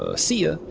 ah see ya!